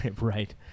Right